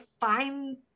find